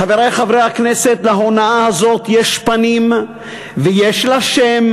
חברי חברי הכנסת, להונאה הזאת יש פנים ויש לה שם,